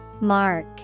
Mark